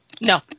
no